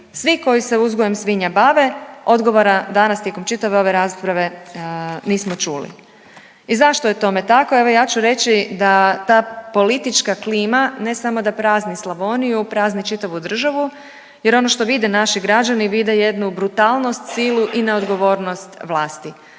svi koji se uzgojem svinja bave? Odgovora danas tijekom čitave ove rasprave nismo čuli. I zašto je tome tako? Evo ja ću reći da ta politička klima ne samo da prazni Slavoniju, prazni čitavu državu. Jer ono što vide naši građani vide jednu brutalnost, silu i neodgovornost vlasti.